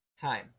time